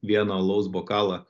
vieną alaus bokalą